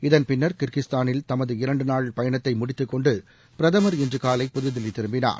இதன் பின்னர் கிர்கிஸ்தானில் தமது இரண்டு நாள் பயணத்தை முடித்துக்கொண்டு பிரதமர் இன்று காலை புதுதில்லி திரும்பினார்